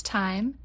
time